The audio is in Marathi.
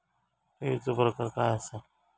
ठेवीचो प्रकार काय असा?